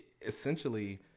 essentially